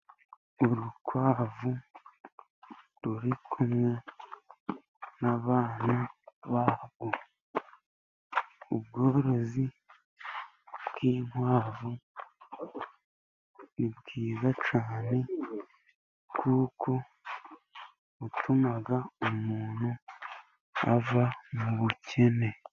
Urukwavu ruri kumwe n'abana barwo .Ubworozi bw'inkwavu ni bwiza cyane ,kuko butuma umuntu ava mu bukene.